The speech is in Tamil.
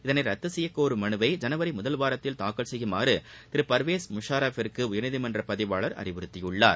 இதனை ரத்து செய்யக் கோரும் மனுவை ஜனவரி முதல் வாரத்தில் தாக்கல் செய்யுமாறு பர்வேஸ் முஷாரப்பிற்கு உயர்நீதிமன்ற பதிவாளர் அறிவுறுத்தியுள்ளார்